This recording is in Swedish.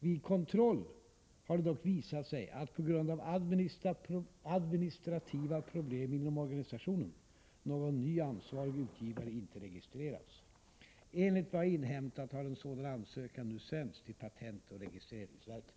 Vid kontroll har det dock visat sig att, på grund av administrativa problem inom organisationen, någon ny ansvarig utgivare inte registrerats. Enligt vad jag inhämtat har en sådan ansökan nu sänts till patentoch registreringsverket.